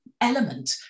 element